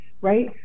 right